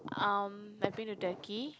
um I've been to Turkey